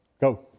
Go